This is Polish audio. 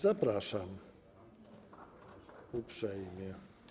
Zapraszam uprzejmie.